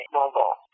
mobile